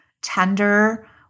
tender